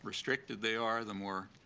restricted they are, the more